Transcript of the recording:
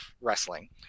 wrestling